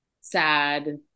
sad